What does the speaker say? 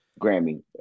Grammy